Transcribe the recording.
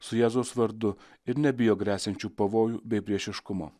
su jėzaus vardu ir nebijo gresiančių pavojų bei priešiškumo